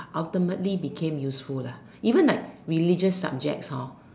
ultimately became useful lah even like religious subject hor